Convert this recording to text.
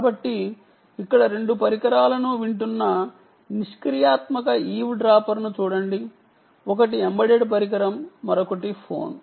కాబట్టి ఇక్కడ రెండు పరికరాలను వింటున్న నిష్క్రియాత్మక ఈవ్డ్రాపర్ ను చూడండి ఒకటి ఎంబెడెడ్ పరికరం మరొకటి ఫోన్